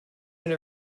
been